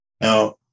Now